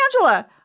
Angela